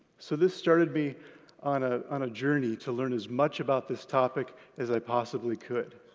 so this started me on ah on a journey to learn as much about this topic as i possibly could.